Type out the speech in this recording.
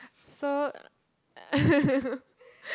so